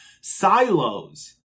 silos